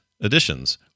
additions